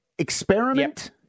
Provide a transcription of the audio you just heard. experiment